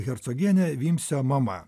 hercogienė vimsio mama